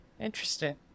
Interesting